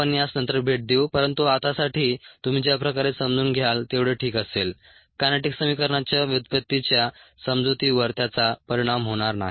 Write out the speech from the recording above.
आपण यास नंतर भेट देऊ परंतु आतासाठी तुम्ही ज्या प्रकारे समजून घ्याल तेवढे ठीक असेल कायनेटिक्स समीकरणाच्या व्युत्पत्तीच्या समजुतीवर त्याचा परिणाम होणार नाही